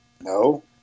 No